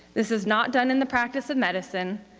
this is not done in the practice of medicine,